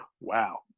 Wow